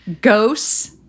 ghosts